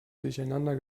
durcheinander